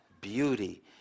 beauty